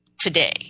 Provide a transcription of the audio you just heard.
today